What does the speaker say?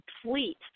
complete